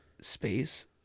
space